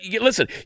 listen